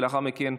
ולאחר מכן,